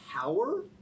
power